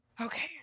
Okay